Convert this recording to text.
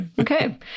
Okay